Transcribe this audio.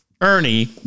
Ernie